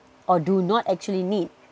or do not actually need